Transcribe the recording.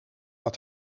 dat